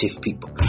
people